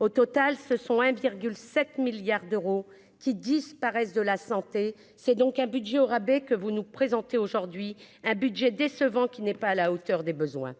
au total ce sont un virgule 7 milliards d'euros qui disparaissent de la santé, c'est donc un budget au rabais que vous nous présentez aujourd'hui un budget décevant, qui n'est pas à la hauteur des besoins,